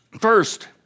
First